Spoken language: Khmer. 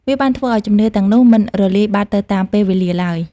វាបានធ្វើឲ្យជំនឿទាំងនោះមិនរលាយបាត់ទៅតាមពេលវេលាឡើយ។